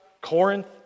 Corinth